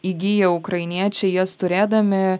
įgyja ukrainiečiai jas turėdami